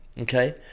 Okay